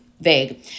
vague